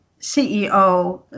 ceo